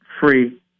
free